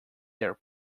their